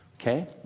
Okay